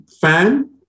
fan